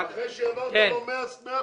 אחרי שהעברנו לו 100 חוקים,